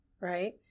right